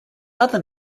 other